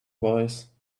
voice